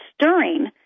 stirring